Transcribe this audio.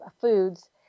foods